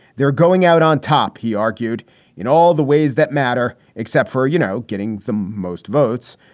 they're going out on top. he argued in all the ways that matter, except for, you know, getting the most votes,